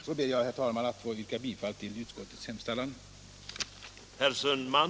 Så ber jag, herr talman, att få yrka bifall till utskottets hemställan.